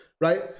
right